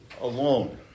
alone